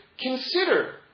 consider